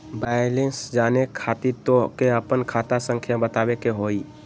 Balance जाने खातिर तोह के आपन खाता संख्या बतावे के होइ?